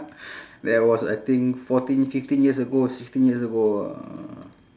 that was I think fourteen fifteen years ago sixteen years ago ah